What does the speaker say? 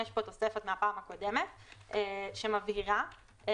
יש פה תוספת מהפעם הקודמת שמבהירה שטיסת